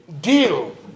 deal